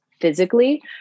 physically